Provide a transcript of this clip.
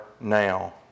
now